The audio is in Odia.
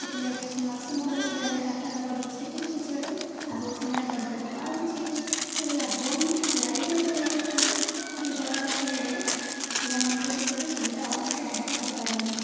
ସେଥିଲାଗି ସେ ନର୍ସିଂହୋମରେ ପିଲା ପାଠଶାଠ ପଢ଼ିକି ସେଠିବି କିଛି ଗୋଟେ ଆଗକୁ ସେମାନେ ବଢ଼ିପାରୁଛନ୍ତି ଆଉ କିଛି ବି ରହିଲା ହୋମ୍ ନହେଲେ ଲାଇବ୍ରେରୀ ବହି ଗୋଟେକୁ ଗୋଟେ ଘର ଗୋଟେ ଖୋଲିଲେ ପିଲାମାନେ ବି କିଛି ଗୋଟେ ସୁବିଧା ଆଉ କିଛି ଅଧିକା ପାଇପାରନ୍ତେ